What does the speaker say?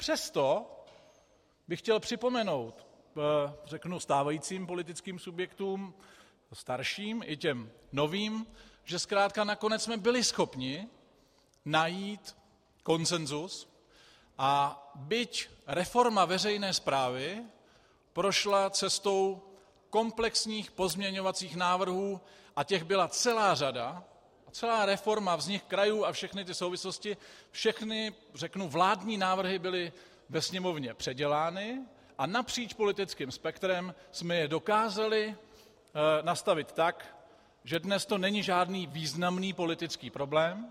Přesto bych chtěl připomenout stávajícím politickým subjektům, starším i těm novým, že zkrátka nakonec jsme byli schopni najít konsensus, a byť reforma veřejné správy prošla cestou komplexních pozměňovacích návrhů, a těch byla celá řada, celá reforma, vznik krajů a všechny ty souvislosti, všechny vládní návrhy byly ve Sněmovně předělány a napříč politickým spektrem jsme je dokázali nastavit tak, že dnes to není žádný významný politický problém.